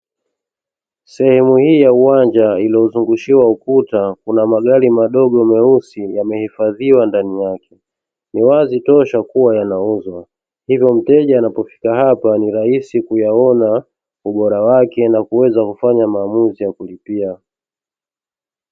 Sehemu hii ya uwanja iliyozungushiwa ukuta kuna magari madogo meusi yamehifadhiwa ndani yake ni wazi tosha kuwa yanauzwa hivyo mteja anapofika hapa ni rahisi kuyaona ubora wake na kuweza kufanya maamuzi ya kulipia.